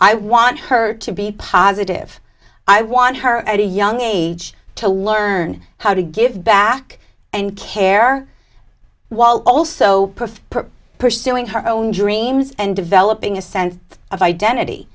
i want her to be positive i want her at a young age to learn how to give back and care while also pursuing her own dreams and developing a sense of identity